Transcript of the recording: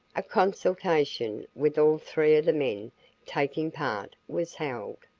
a consultation, with all three of the men taking part, was held.